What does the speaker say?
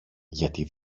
γιατί